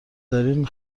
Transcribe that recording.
دارین